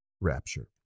rapture